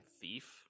thief